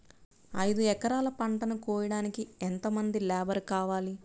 ఐదు ఎకరాల పంటను కోయడానికి యెంత మంది లేబరు కావాలి?